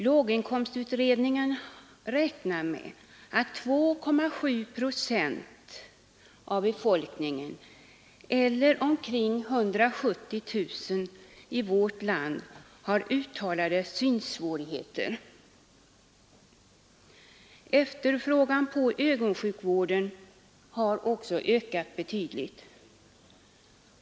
Låginkomstutredningen räknar med att 2,7 procent av befolkningen eller omkring 170 000 människor i vårt land har uttalade synsvårigheter. Efterfrågan på ögonsjukvård har också ökat betydligt.